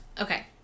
Okay